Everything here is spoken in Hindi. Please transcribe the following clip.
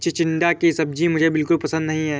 चिचिण्डा की सब्जी मुझे बिल्कुल पसंद नहीं है